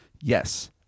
yes